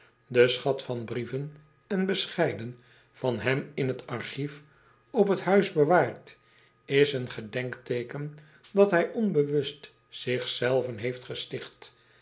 e schat van brieven en bescheiden van hem in t archief op het huis bewaard is een gedenkteeken dat hij onbewust zich zelven heeft gesticht